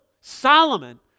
Solomon